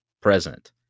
present